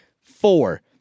four